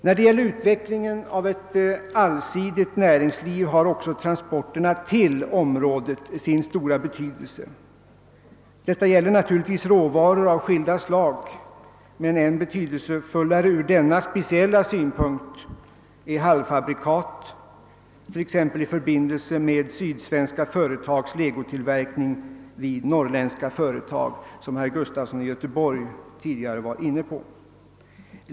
När det gäller utvecklingen av ett allsidigt näringsliv har också transporterna till området sin stora betydelse. Detta gäller naturligtvis råvaror av skilda slag, men av ännu större vikt ur denna speciella synpunkt är halvfabrikaten, t.ex. i förbindelse med sydsvenska företags legotillverkning vid norrländska företag — en fråga som herr Gustafson i Göteborg tidigare var inne på.